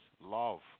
Love